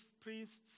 priests